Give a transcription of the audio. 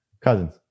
Cousins